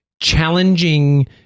challenging